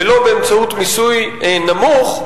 ולא באמצעות מיסוי נמוך,